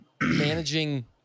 managing